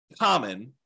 common